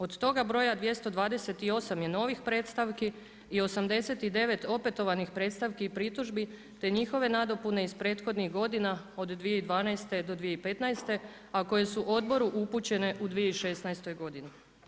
Od toga broja 228 je novih predstavki i 89 opetovanih predstavki i pritužbi te njihove nadopune iz prethodnih godina od 2012. do 2015., a koje su odboru upućene u 2016. godini.